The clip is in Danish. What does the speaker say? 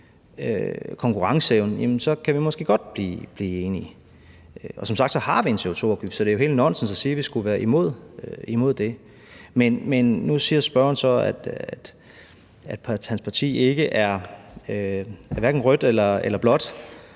konkurrenceevne, så kan vi måske godt blive enige. Og som sagt har vi en CO2-afgift, så det er jo helt nonsens at sige, at vi skulle være imod det. Nu siger spørgeren så, at hans parti hverken er rødt eller blåt,